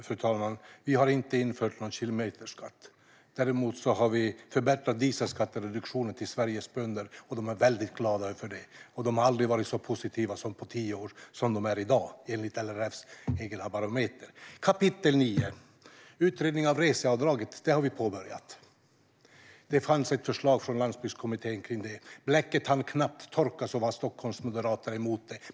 Fru talman! Vi har inte infört någon kilometerskatt. Däremot har vi förbättrat dieselskattereduktionen till Sveriges bönder, och de är mycket glada för det. De har inte varit så positiva på tio år som de är i dag, enligt LRF:s egen barometer. Vi har påbörjat utredning av reseavdraget, kap. 9. Det fanns ett förslag från Landsbygdskommittén om det. Bläcket hann knappt torka innan Stockholmsmoderaterna var emot det.